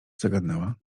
zagadnęła